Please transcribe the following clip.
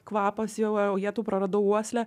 kvapas jau o jetau praradau uoslę